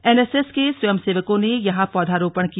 NSS के स्वयंसेवकों ने यहां पौधरोपण किया